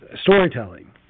storytelling